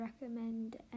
recommend